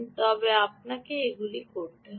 তবে আপনাকে এগুলি করতে হবে